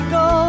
go